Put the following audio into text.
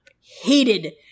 hated